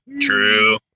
True